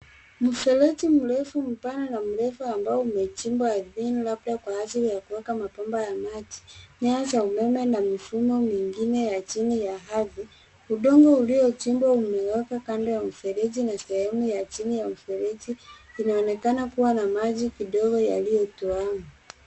Mfereji mrefu mpana na mrefu ambao umechimbwa ardhini labda kwa ajili ya kuweka mabomba ya maji. Nyaya za umeme na mifumo mingine ya chini ya ardhi, udongo uliochimbwa umewekwa kando ya mifereji na sehemu chini ya mfereji inaonekana kuwa na maji kidogo yaliyotoamo